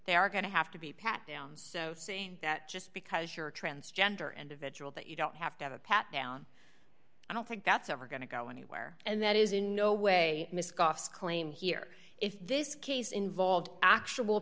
they are going to have to be pat downs saying that just because you're transgender and eventual that you don't have to have a pat down i don't think that's ever going to go anywhere and that is in no way miss coughs claim here if this case involved actual